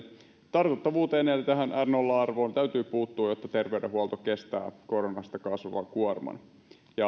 tartuttavuuteen ja tähän r nolla arvoon täytyy puuttua jotta terveydenhuolto kestää koronasta kasvavan kuorman ja